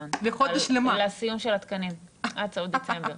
לסיום התקנים, עד סוף דצמבר.